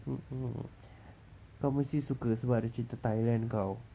mm mm kau mesti suka sebab ada cerita thailand kau